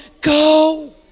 go